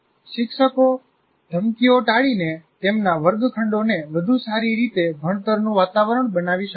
શિક્ષકો ધમકીઓ ટાળીને તેમના વર્ગખંડોને વધુ સારી રીતે ભણતરનું વાતાવરણ બનાવી શકે છે